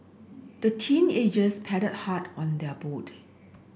the teenagers paddled hard on their boat